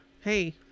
Hey